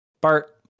Bart